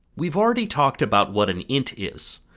we've already talked about what an int is,